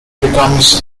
becomes